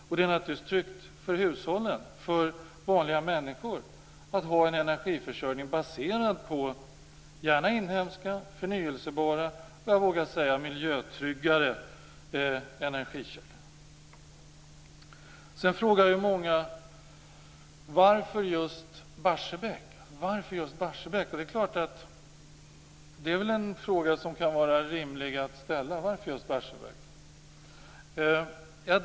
Och det är naturligtvis tryggt för hushållen, för vanliga människor, att ha en energiförsörjning baserad på inhemska förnybara och, vågar jag säga, miljötryggare energikällor. Många frågar varför vi skall stänga just Barsebäck. Det är en fråga som kan vara rimlig att ställa.